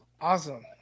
Awesome